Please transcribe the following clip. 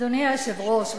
אדוני היושב-ראש,